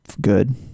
good